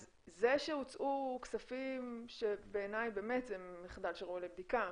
אז זה שהוצאו כספים שבעיני זה באמת מחדל שראוי לבדיקה,